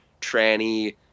tranny